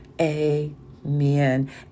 Amen